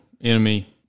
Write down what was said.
enemy